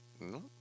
No